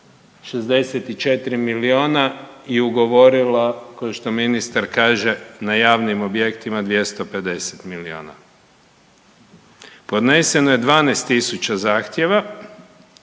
64 milijuna i ugovorila kao što ministar kaže, na javnim objektima 250 milijuna. Podneseno je 12 tisuća zahtjeva,